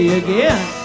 again